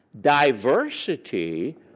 diversity